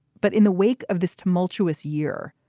but in the wake of this tumultuous year,